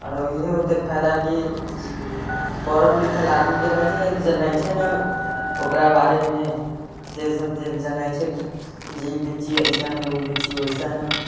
औरों इहे होते फायदा की पढ़ल लिखल आदमी जे रहय छै ना जनय छै ना ओकरा बारे मे जे सब जानय छै जे इ बेची एसन उ बेची वैसन